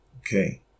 Okay